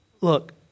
look